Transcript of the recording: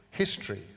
history